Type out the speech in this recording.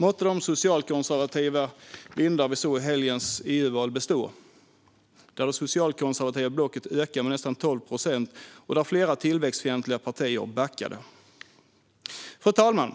Måtte de socialkonservativa vindar som vi såg i helgens EU-val bestå! Det socialkonservativa blocket ökade med nästan 12 procent, och flera tillväxtfientliga partier backade. Fru talman!